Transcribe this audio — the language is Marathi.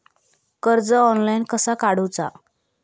कर्ज ऑनलाइन कसा काडूचा?